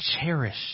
cherish